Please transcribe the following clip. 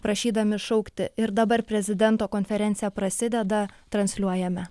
prašydami šaukti ir dabar prezidento konferencija prasideda transliuojame